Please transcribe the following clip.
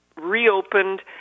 reopened